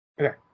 Okay